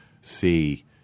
see